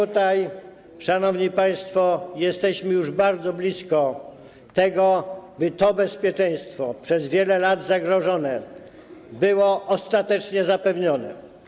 I tutaj, szanowni państwo, jesteśmy już bardzo blisko tego, by to bezpieczeństwo, przez wiele lat zagrożone, było ostatecznie zapewnione.